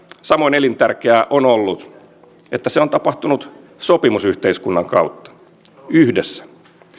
samoin elintärkeää on ollut että se on tapahtunut sopimusyhteiskunnan kautta yhdessä